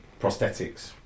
prosthetics